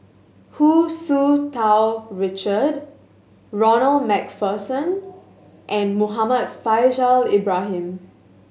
Hu Tsu Tau Richard Ronald Macpherson and Muhammad Faishal Ibrahim